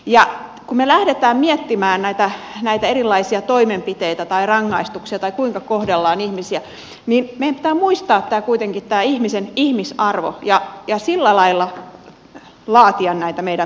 kun me lähdemme miettimään näitä erilaisia toimenpiteitä tai rangaistuksia tai sitä kuinka kohdellaan ihmisiä meidän pitää muistaa kuitenkin tämä ihmisen ihmisarvo ja sillä lailla laatia näitä meidän lakeja